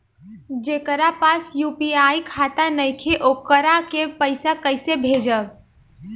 जेकरा पास यू.पी.आई खाता नाईखे वोकरा के पईसा कईसे भेजब?